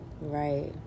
right